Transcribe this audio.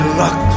luck